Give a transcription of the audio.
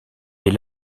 est